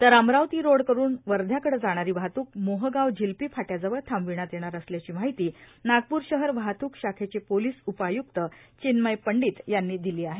तर अमरावती रोडकडून वर्ध्याकडं जाणारी वाहतूक मोहगाव झिलपी फाट्याजवळ थांबविण्यात येणार असल्याची माहिती नागपूर शहर वाहतूक शाखेचे पोलिस उपआय्रक्त चिव्मय पंडित यांनी दिली आहे